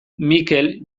mikel